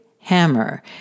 Hammer